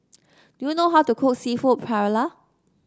do you know how to cook seafood Paella